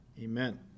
Amen